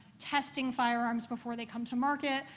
testing firearms before they come to market,